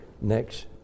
next